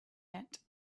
yet